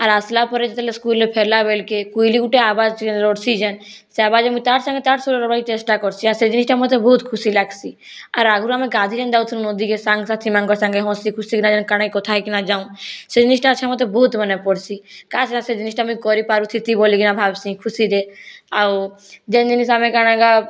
ଆର୍ ଆସଲା ପରେ ଯେତେବେଲେ ସ୍କୁଲରେ ଫେରଲା ବେଲକେ କୁଇଲି ଗୁଟେ ଆବାଜ୍ ରଡ଼ସି ଯେନ୍ ସେ ଆବାଜନେ ମୁଇଁ ତାର୍ ସାଙ୍ଗେ ତାର୍ ସୁରେ ରଡ଼ବାକେ ଚେଷ୍ଟା କରସି ଆଉ ସେ ଜିନିଷଟା ମତେ ବହୁତ ଖୁସି ଲାଗସି ଆର୍ ଆଗରୁ ଆମେ ଗାଧି ଯେନ୍ ଯାଉଥିଲୁଁ ନଦୀକେ ସାଙ୍ଗ ସାଥିମାନଙ୍କର୍ ସାଙ୍ଗେ ହସି ଖୁସି କାଣା କଥା ହେଇକିନା ଯାଉଁ ସେ ଜିନିଷଟା ବହୁତ ମନେ ପଡ଼ସି କାସ୍ ଆମେ ସେ ଜିନିଷଟା ଆମେ କରି ପାରୁଥିତି ବୋଲିକି ଭାବସି ଖୁସିରେ ଆଉ ଯେନ୍ ଜିନିଷ ଆମେ କା'ଣା ଗା